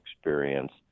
experience